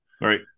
Right